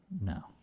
No